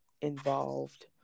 involved